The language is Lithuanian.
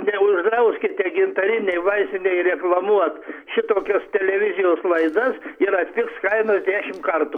neuždrauskite gintarinei vaistinei reklamuot šitokios televizijos laidas ir atpigs kainos dešim kartų